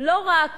לא רק